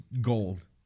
gold